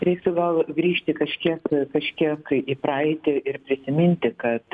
reiktų gal grįžti kažkiek kažkiek į praeitį ir prisiminti kad